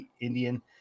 indian